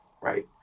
Right